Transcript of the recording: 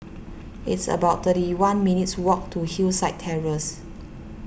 it's about thirty one minutes' walk to Hillside Terrace